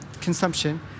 consumption